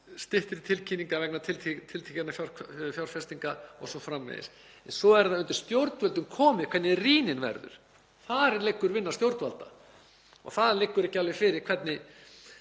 styttri tilkynningar vegna tiltekinna fjárfestinga o.s.frv., en svo er það undir stjórnvöldum komið hvernig rýnin verður. Þar liggur vinna stjórnvalda og það liggur ekki alveg fyrir hvernig,